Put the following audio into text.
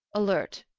alert,